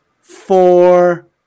four